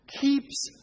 Keeps